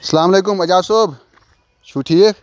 السلام علیکُم اعجاز صٲب چھُو ٹھیٖک